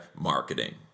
marketing